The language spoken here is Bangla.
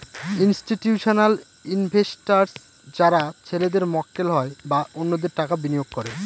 ইনস্টিটিউশনাল ইনভেস্টার্স যারা ছেলেদের মক্কেল হয় বা অন্যদের টাকা বিনিয়োগ করে